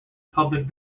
public